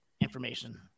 information